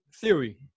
theory